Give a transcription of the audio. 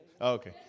Okay